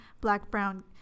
black-brown